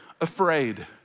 afraid